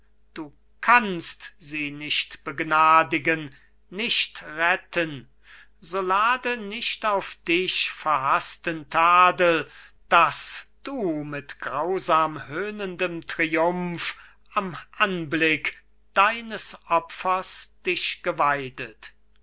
du kannst sie nicht begnadigen nicht retten so lade nicht auf dich verhaßten tadel daß du mit grausam höhnendem triump am anblick deines opfers dich geweidet